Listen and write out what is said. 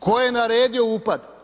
Tko je na redio upad?